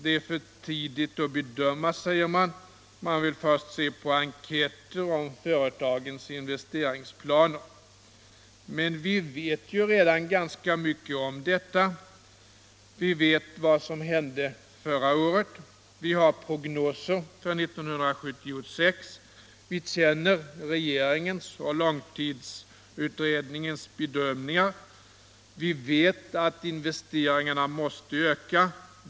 Det är för tidigt att bedöma detta, säger man, och man vill först se på enkäter om företagens investeringsplaner. Men vi vet ju redan ganska mycket om detta. Vi vet vad som hände förra året. Vi har prognoser för 1976. Vi känner regeringens och långtidsutredningens bedömningar. Vi vet att investeringarna måste öka.